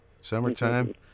Summertime